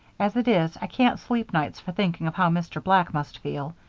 as it is, i can't sleep nights for thinking of how mr. black must feel.